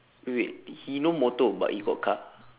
wait wait he no motor but he got car